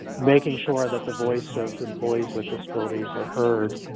making sure that the voice of employees with disabilities are heard,